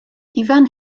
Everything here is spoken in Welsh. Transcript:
ifan